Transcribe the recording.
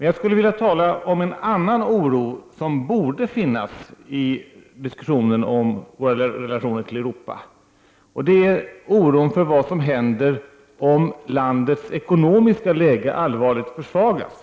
Jag skulle vilja tala om en annan oro, som borde finnas i diskussionen om våra relationer till Europa, och det är oron för vad som händer om landets ekonomiska läge allvarligt försvagas.